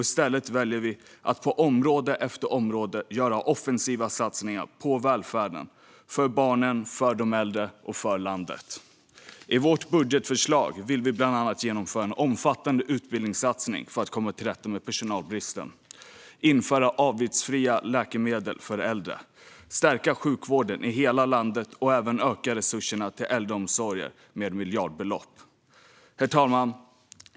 I stället väljer vi att på område efter område göra offensiva satsningar på välfärden, för barnen, för de äldre och för landet. I vårt budgetförslag vill vi bland annat genomföra en omfattande utbildningssatsning för att komma till rätta med personalbristen, införa avgiftsfria läkemedel för äldre, stärka sjukvården i hela landet och även öka resurserna till äldreomsorgen med miljardbelopp. Herr talman!